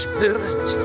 Spirit